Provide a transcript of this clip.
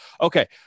Okay